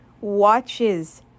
watches